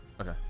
okay